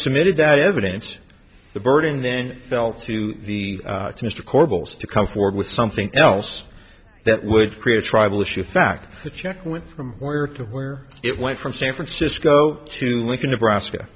submitted that evidence the burden then fell to the mr korbel to come forward with something else that would create a tribal issue fact that check with from where to where it went from san francisco to lincoln nebraska